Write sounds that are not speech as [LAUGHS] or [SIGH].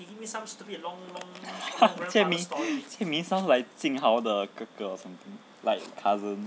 [LAUGHS] jian ming jian ming sounds like jing hao 的哥哥 or something like cousin